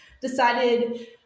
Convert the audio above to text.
decided